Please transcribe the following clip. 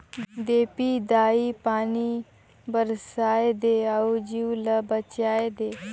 देपी दाई पानी बरसाए दे अउ जीव ल बचाए दे